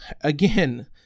again